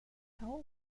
nur